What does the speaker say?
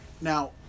Now